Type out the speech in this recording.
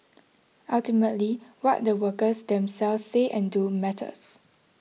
ultimately what the workers themselves say and do matters